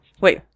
Wait